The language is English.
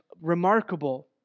remarkable